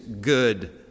good